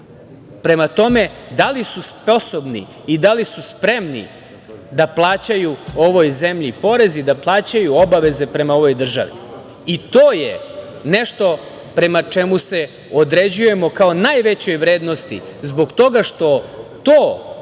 prema tome da li su sposobni i da li su spremni da plaćaju ovoj zemlji porez i da plaćaju obaveze prema ovoj državi. To je nešto prema čemu se određujemo kao najvećoj vrednosti, zbog toga što to